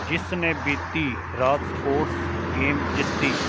ਜਿਸ ਨੇ ਬੀਤੀ ਰਾਤ ਸਪੋਰਟਸ ਗੇਮ ਜਿੱਤੀ